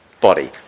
Body